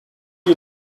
you